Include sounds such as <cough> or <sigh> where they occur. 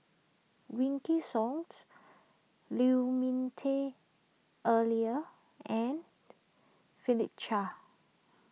Wykidd Song <unintelligible> Lu Ming Teh Earlier and Philip Chia